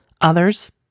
others